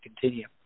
continue